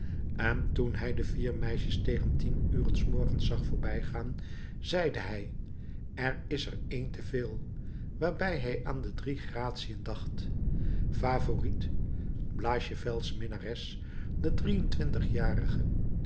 en toen hij de vier meisjes tegen tien uren s morgens zag voorbijgaan zeide hij er is er één te veel waarbij hij aan de drie gratiën dacht favourite blachevelle's minnares de drieëntwintig jarige